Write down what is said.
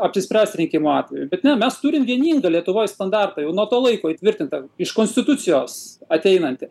apsispręst reikiamų atveju bet ne mes turim vieningą lietuvoj standartą jau nuo to laiko įtvirtintą iš konstitucijos ateinantį